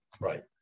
right